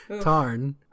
Tarn